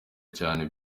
cyane